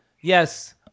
Yes